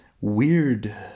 weird